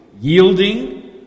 yielding